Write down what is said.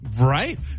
Right